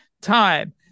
Time